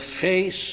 face